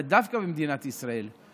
ודווקא במדינת ישראל,